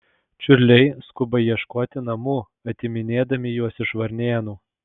čiurliai skuba ieškoti namų atiminėdami juos iš varnėnų